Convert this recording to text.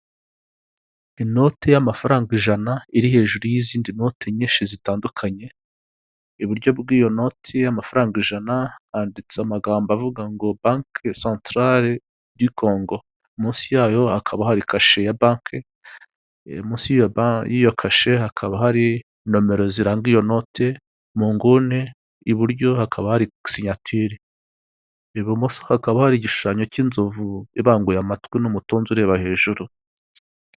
Inote y'amafaranga ijana iri hejuru y'izindi noti nyinshi zitandukanye, iburyo bw'iyo noti y'amafaranga ijana handitse amagambo avuga ngo banki santarale di Kongo. Munsi yayo hakaba hari kashe ya banki munsi yiiyo kashe hakaba hari nomero ziranga iyo noti, mu nguni iburyo hakaba hari sinyatire. Ibumoso hakaba hari igishushanyo cy'inzovu ibanguye amatwi n'umutonzi ureba hejuru.